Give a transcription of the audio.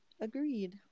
Agreed